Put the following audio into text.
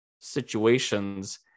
situations